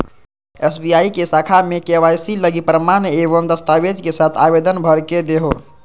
SBI के शाखा में के.वाई.सी लगी प्रमाण एवं दस्तावेज़ के साथ आवेदन भर के देहो